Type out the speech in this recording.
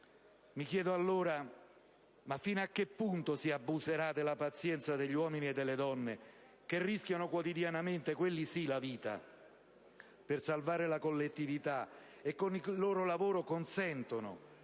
Mi chiedo allora fino a che punto si abuserà della pazienza degli uomini e delle donne che rischiano quotidianamente - quelli sì - la vita per salvare la collettività e con il loro lavoro consentono